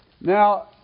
Now